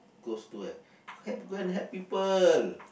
goes to where help go and help people